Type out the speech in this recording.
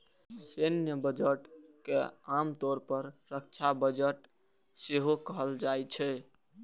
सैन्य बजट के आम तौर पर रक्षा बजट सेहो कहल जाइ छै